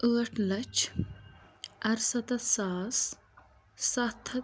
ٲٹھ لَچھ اَرسَتَتھ ساس سَتھ ہَتھ